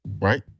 right